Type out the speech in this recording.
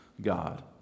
God